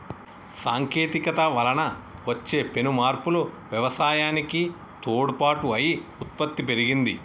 సాంకేతికత వలన వచ్చే పెను మార్పులు వ్యవసాయానికి తోడ్పాటు అయి ఉత్పత్తి పెరిగింది